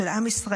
של עם ישראל,